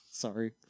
Sorry